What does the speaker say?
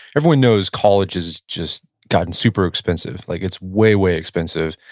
everyone knows college has just gotten super expensive, like it's way, way expensive.